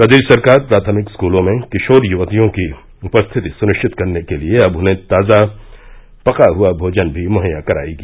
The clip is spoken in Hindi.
प्रदेश सरकार प्राथमिक स्कूलों में किशोर युवतियों की उपस्थिति सुनिश्चित करने के लिये अब उन्हें ताजा पका हुआ भोजन भी मुहैया करायेगी